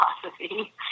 philosophy